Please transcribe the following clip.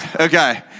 Okay